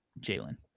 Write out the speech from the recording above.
Jalen